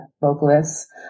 vocalists